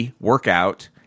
workout